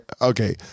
okay